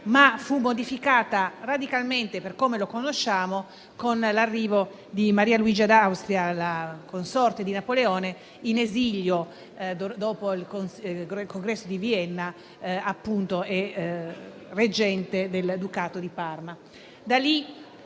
ma fu modificato radicalmente per come lo conosciamo con l'arrivo di Maria Luigia D'Austria, la consorte di Napoleone, in esilio dopo il Congresso di Vienna e reggente del Ducato di Parma.